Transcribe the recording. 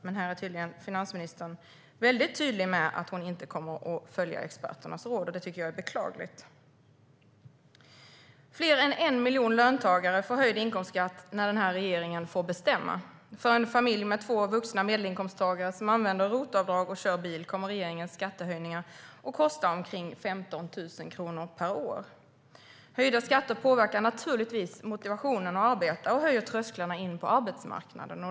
Men finansministern är väldigt tydlig med att hon inte kommer att följa deras råd. Det tycker jag är beklagligt. Fler än 1 miljon löntagare får höjd inkomstskatt när regeringen får bestämma. För en familj med två vuxna medelinkomsttagare som använder ROT-avdrag och kör bil kommer regeringens skattehöjningar att kosta omkring 15 000 kronor per år. Höjda skatter påverkar naturligtvis motivationen att arbeta och höjer trösklarna in på arbetsmarknaden.